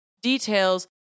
details